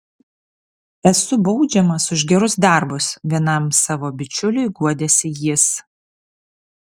esu baudžiamas už gerus darbus vienam savo bičiuliui guodėsi jis